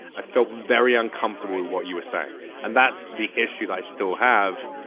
i felt very uncomfortable with what you were saying and that's the issue i still have.